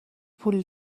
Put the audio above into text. پول